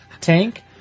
tank